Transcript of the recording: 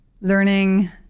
Learning